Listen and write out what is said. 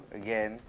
again